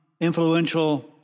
influential